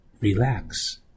relax